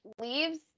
leaves